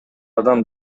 адам